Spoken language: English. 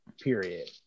period